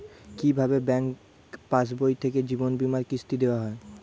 কি ভাবে ব্যাঙ্ক পাশবই থেকে জীবনবীমার কিস্তি দেওয়া হয়?